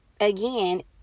Again